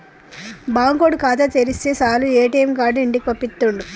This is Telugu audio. బాంకోడు ఖాతా తెరిస్తె సాలు ఏ.టి.ఎమ్ కార్డు ఇంటికి పంపిత్తుండు